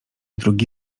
drugi